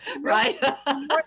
right